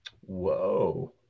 Whoa